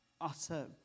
utter